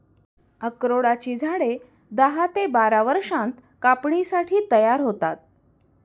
अक्रोडाची झाडे दहा ते बारा वर्षांत कापणीसाठी तयार होतात